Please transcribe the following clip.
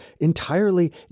entirely